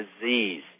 Disease